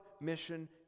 mission